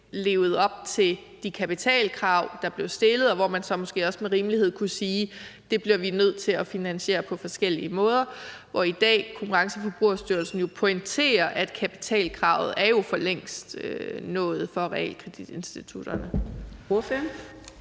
levede op til de kapitalkrav, der blev stillet, og hvor man så måske også med rimelighed kunne sige, at det bliver vi nødt til at finansiere på forskellige måder, hvor Konkurrence- og Forbrugerstyrelsen jo i dag pointerer, at kapitalkravet for længst er nået for realkreditinstitutterne?